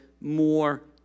more